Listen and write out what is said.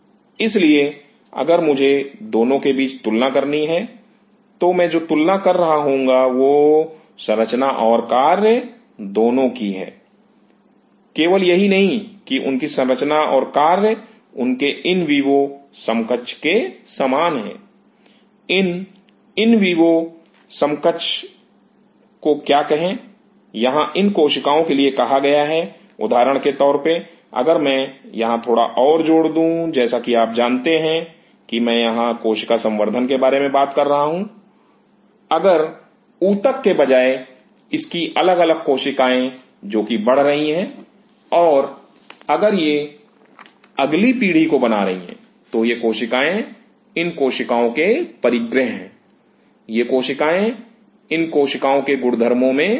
इसलिए अगर मुझे इन दोनों के बीच तुलना करनी है तो मैं जो तुलना कर रहा होऊंगा वह संरचना और कार्य दोनों की केवल यही नहीं कि उनकी संरचना और कार्य उनके इन विवो समकक्ष में समान हैं इन विवो समकक्ष क्या है यहां इन कोशिकाओं के लिए कहा गया है उदाहरण के तौर पर अगर मैं यहां थोड़ा और जोड़ दूं जैसे कि आप जानते हैं कि क्या मैं यहां कोशिका संवर्धन के बारे में बात करता हूं अगर ऊतक के बजाय इसकी अलग अलग कोशिकाएं जोकि बढ़ रही हैं और अगर ये अगली पीढ़ी को बना रही हैं तो ये कोशिकाएं इन कोशिकाओं के परिग्रह हैं ये कोशिकाएँ इन कोशिकाओं के गुणधर्मो में समान हैं